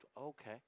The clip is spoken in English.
okay